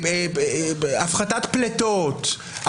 הפחתת פלטות,